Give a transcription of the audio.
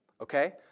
okay